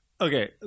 okay